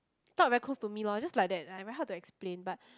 thought very close to me lor just like that I very hard to explain but